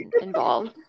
involved